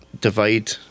divide